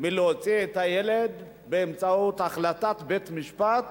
מלהוציא את הילד באמצעות החלטת בית-משפט